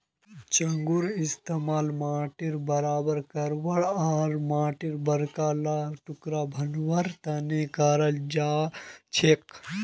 चंघूर इस्तमाल माटीक बराबर करवा आर माटीर बड़का ला टुकड़ा भंगवार तने कराल जाछेक